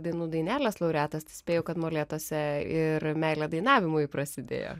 dainų dainelės laureatas tai spėju kad molėtuose ir meilė dainavimui prasidėjo